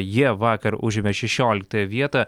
jie vakar užėmė šešioliktąją vietą